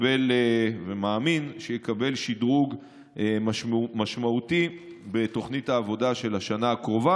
ומאמין שיקבל שדרוג משמעותי בתוכנית העבודה של השנה הקרובה.